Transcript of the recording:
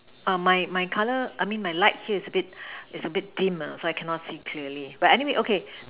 err mine mine color I mean my light here is a bit is a bit dim uh so I cannot see clearly but anyway okay